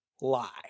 lie